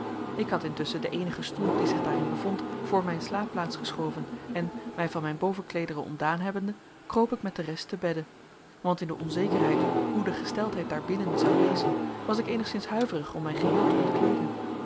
ik had intusschen den eenigen stoel die zich daarin bevond voor mijn slaapplaats geschoven en mij van mijn bovenkleederen ontdaan hebbende kroop ik met de rest te bedde want in de onzekerheid hoe de gesteldheid daarbinnen zou wezen was ik eenigszins huiverig om mij geheel te ontkleeden